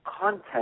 content